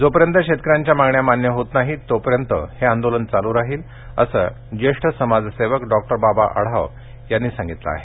जोपर्यंत शेतकऱ्यांच्या मागण्या मान्य होत नाही तोपर्यंत हे आंदोलन चालू राहील असे ज्येष्ठ समाजसेवक डॉक्टर बाबा आढाव यांनी सांगितलं आहे